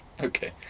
Okay